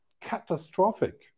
Catastrophic